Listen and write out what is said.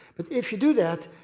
but if you do that,